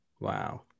Wow